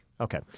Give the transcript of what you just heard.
Okay